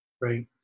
Right